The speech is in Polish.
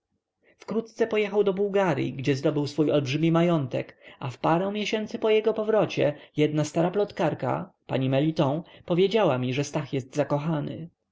wkrótce pojechał do bułgaryi gdzie zdobył swój olbrzymi majątek a w parę miesięcy po jego powrocie jedna stara plotkarka pani meliton powiedziała mi że stach jest zakochany